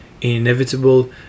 inevitable